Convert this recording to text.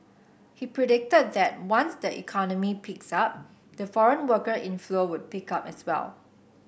he predicted that once the economy picks up the foreign worker inflow would pick up as well